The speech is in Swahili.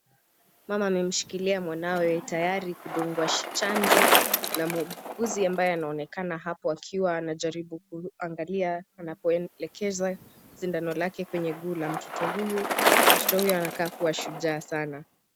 Mama amemshikilia mwanawe tayari kudungwa chanjo na muuguzi ambaye anaonekana hapo akiwa anajaribu kuangalia, kuelekeza sindano yake kwenye guu la mtoto huyo. Anakaa kuwa shujaa sana.